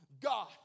God